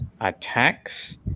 attacks